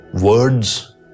Words